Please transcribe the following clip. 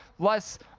less